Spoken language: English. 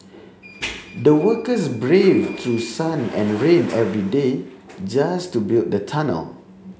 the workers braved through sun and rain every day just to build the tunnel